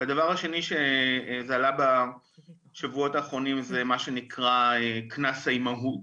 והדבר השני שזה עלה בשבועות האחרונים זה מה שנקרא "קנס האמהות".